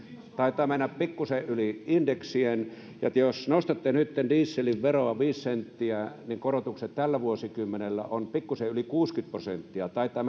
taitaa mennä pikkusen yli indeksien jos nostatte nytten dieselin veroa viisi senttiä niin korotukset tällä vuosikymmenellä ovat pikkusen yli kuusikymmentä prosenttia taitaa